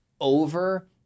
over